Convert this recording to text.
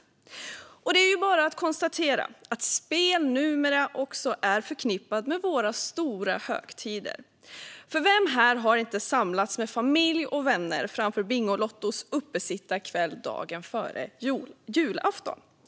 Det är dessutom bara att konstatera att spel numera också är förknippat med våra stora högtider - för vem här har inte samlats med familj och vänner framför Bingolottos uppesittarkväll dagen före julafton?